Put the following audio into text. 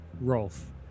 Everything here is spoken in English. Rolf